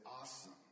awesome